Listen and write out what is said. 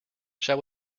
shall